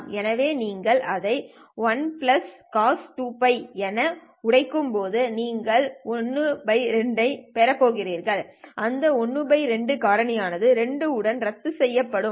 எனவே நீங்கள் அதை 1Cos 2θ என உடைக்கும்போது நீங்கள் 12 ஐப் பெறப் போகிறீர்கள் அந்த 12 காரணியானது 2 உடன் ரத்துசெய்யப்படும்